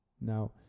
Now